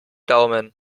daumen